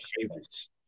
favorites